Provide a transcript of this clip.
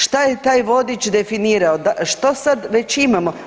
Šta je taj vodič definirao, što sad već imamo?